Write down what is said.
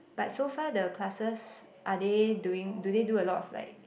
but so far the classes are they doing do they do a lot of like